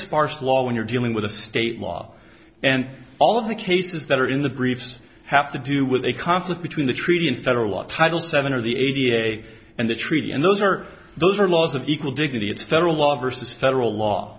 sparse law when you're dealing with a state law and all of the cases that are in the briefs have to do with a conflict between the treaty and federal law title seven or the eighty eight and the treaty and those are those are laws of equal dignity it's federal law versus federal law